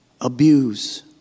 abuse